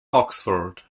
oxford